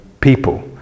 people